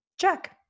check